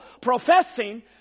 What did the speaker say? professing